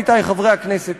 עמיתי חברי הכנסת,